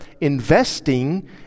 investing